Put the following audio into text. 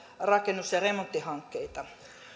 rakennus ja remonttihankkeita